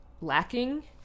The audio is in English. lacking